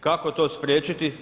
Kako to spriječiti?